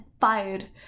fired